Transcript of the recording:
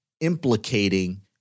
implicating